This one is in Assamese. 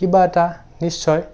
কিবা এটা নিশ্চয়